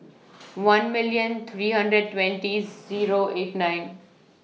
one million three hundred twenty Zero eight nine